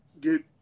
get